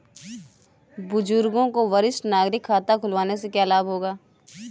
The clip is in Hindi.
बुजुर्गों को वरिष्ठ नागरिक खाता खुलवाने से क्या लाभ होगा?